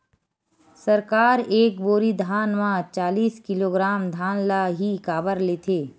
सरकार एक बोरी धान म चालीस किलोग्राम धान ल ही काबर लेथे?